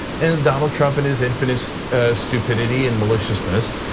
and and donald trump in his infinite stupidity and maliciousness